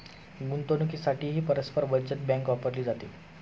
गुंतवणुकीसाठीही परस्पर बचत बँक वापरली जाते